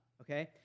okay